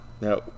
now